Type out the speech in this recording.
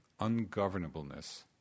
ungovernableness